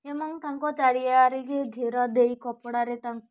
ଏବଂ ତାଙ୍କ ଚାରିଆଡ଼େ ଘେର ଦେଇ କପଡ଼ାରେ ତାଙ୍କୁ